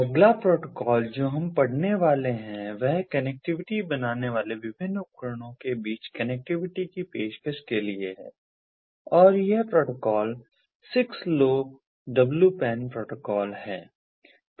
अगला प्रोटोकॉल जो हम पढ़ने वाले हैं वह कनेक्टिविटी बनाने वाले विभिन्न उपकरणों के बीच कनेक्टिविटी की पेशकश के लिए है और यह प्रोटोकॉल 6LoWPAN प्रोटोकॉल है